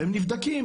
והם נבדקים,